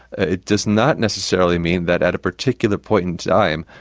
it does not necessarily mean that at a particular point in time,